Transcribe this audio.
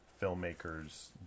filmmakers